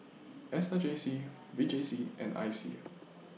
S R J C V J C and I C